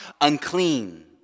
unclean